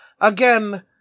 Again